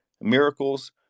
miracles